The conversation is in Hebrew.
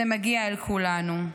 זה מגיע אל כולנו.